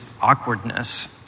awkwardness